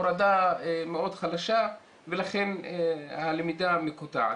הורדה מאוד חלשה ולכן הלמידה מקוטעת.